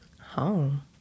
Home